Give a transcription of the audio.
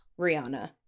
Rihanna